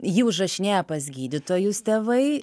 jį užrašinėja pas gydytojus tėvai